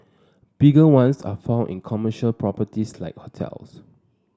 bigger ones are found in commercial properties like hotels